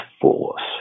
force